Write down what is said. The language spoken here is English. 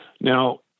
now